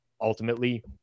ultimately